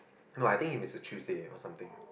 no think it is Tuesday or something